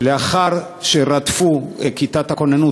כבוד השר, כיתות הכוננות